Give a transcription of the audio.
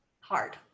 hard